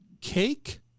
Cake